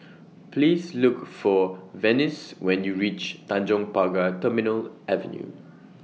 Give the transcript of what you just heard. Please Look For Venice when YOU REACH Tanjong Pagar Terminal Avenue